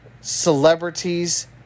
celebrities